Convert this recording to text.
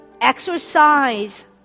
exercise